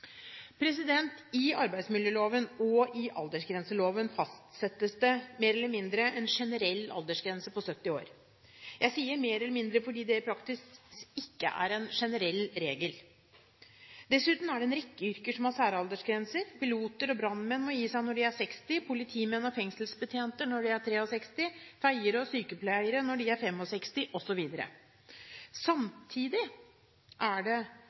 I arbeidsmiljøloven og i aldersgrenseloven fastsettes det mer eller mindre en generell aldersgrense på 70 år. Jeg sier «mer eller mindre» fordi det i praksis ikke er en generell regel. Dessuten er det en rekke yrker som har særaldersgrenser – piloter og brannmenn må gi seg når de er 60, politimenn og fengselsbetjenter når de er 63, feiere og sykepleiere når de er 65, osv. Samtidig er det